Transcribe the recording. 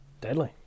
Deadly